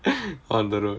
on the road